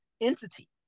entity